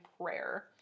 prayer